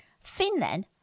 Finland